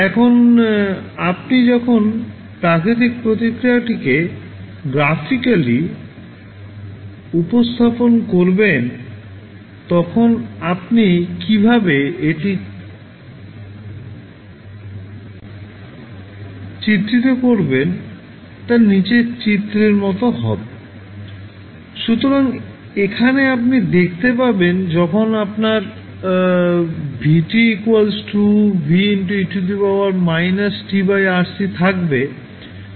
এখন আপনি যখন প্রাকৃতিক প্রতিক্রিয়াটিকে গ্রাফিকালি উপস্থাপন করবেন তখন আপনি কীভাবে এটি চিত্রিত করবেন তা নীচের চিত্রের মতো হবে সুতরাং এখানে আপনি দেখতে পাবেন যখন আপনার v V e−tRC থাকবে